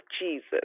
Jesus